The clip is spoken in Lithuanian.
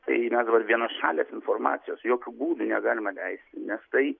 tai na dabar vienašalės informacijos jokiu būdu negalima leisti nes tai